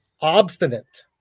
obstinate